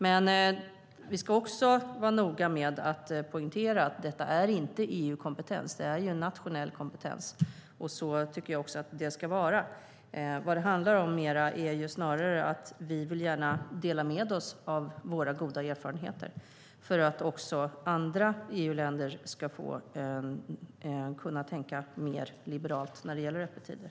Men vi ska också vara noga med att poängtera att detta inte är EU-kompetens, utan det är en nationell kompetens. Så tycker jag också att det ska vara. Vad det handlar om är snarare att vi gärna vill dela med oss av våra goda erfarenheter för att även andra EU-länder ska kunna tänka mer liberalt när det gäller öppettider.